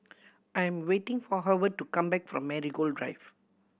I'm waiting for Howard to come back from Marigold Drive